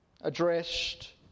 addressed